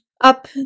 up